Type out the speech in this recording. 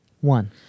One